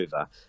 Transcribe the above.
over